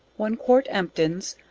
one quart emptins,